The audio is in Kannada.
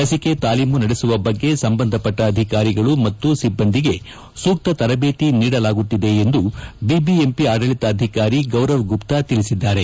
ಲಿಸಿಕೆ ತಾಲೀಮು ನಡೆಸುವ ಬಗ್ಗೆ ಸಂಬಂಧಪಟ್ಟ ಅಧಿಕಾರಿಗಳು ಮತ್ತು ಸಿಬ್ಬಂದಿಗೆ ಸೂಕ್ತ ತರಬೇತಿ ನೀಡಲಾಗುತ್ತಿದೆ ಎಂದು ಬಿಬಿಎಂಪಿ ಆಡಳಿತಾಧಿಕಾರಿ ಗೌರವ್ ಗುಪ್ತಾ ತಿಳಿಸಿದ್ದಾರೆ